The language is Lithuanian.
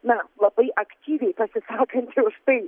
na labai aktyviai pasisakanti už tai